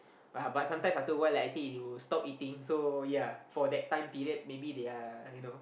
ah but after sometime after a while I say you stop eating so ya for that time period maybe they are you know